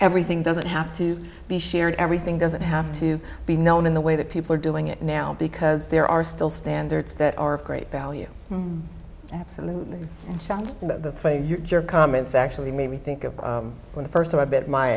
everything doesn't have to be shared everything doesn't have to be known in the way that people are doing it now because there are still standards that are great value absolutely in the face your comments actually made me think of when the first time i bit m